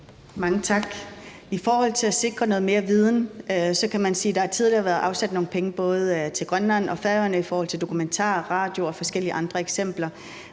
Mange tak. I forhold til at sikre noget mere viden kan man sige, at der tidligere har været afsat nogle penge både til Grønland og Færøerne i forhold til dokumentarer, radio og forskellige andre eksempler.